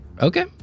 Okay